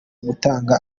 gutanga